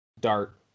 dart